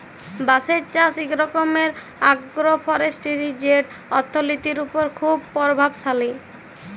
বাঁশের চাষ ইক রকম আগ্রো ফরেস্টিরি যেট অথ্থলিতির উপর খুব পরভাবশালী